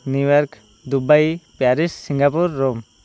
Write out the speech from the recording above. New York Dubai Paris Singapore Rome